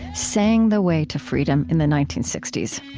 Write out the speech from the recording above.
sang the way to freedom in the nineteen sixty s.